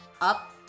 up